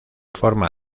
forma